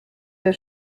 wir